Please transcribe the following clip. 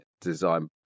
design